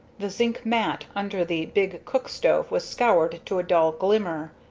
the zinc mat under the big cook-stove was scoured to a dull glimmer,